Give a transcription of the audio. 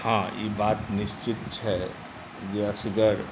हँ ई बात निश्चित छै जे असग़र